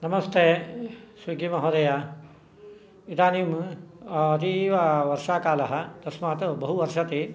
नमस्ते स्विगी महोदय इदानीम् अतीव वर्षाकालः तस्मात् बहु वर्षति